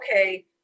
okay